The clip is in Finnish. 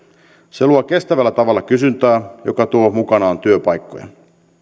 se luo kestävällä tavalla kysyntää joka tuo mukanaan työpaikkoja